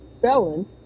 felon